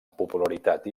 popularitat